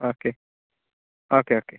okay okay okay